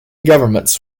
governments